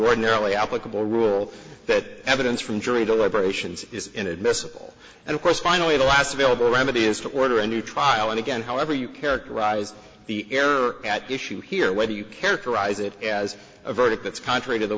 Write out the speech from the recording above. ordinarily applicable rule that evidence from jury deliberations is inadmissible and of course finally the last available remedy is to order a new trial and again however you characterize the error at issue here whether you characterize it as a verdict that's contrary to the